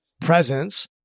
presence